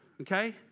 Okay